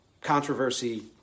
controversy